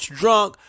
drunk